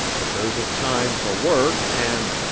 but there's a time for work and,